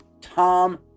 Tom